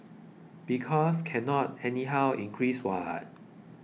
because cannot anyhow increase what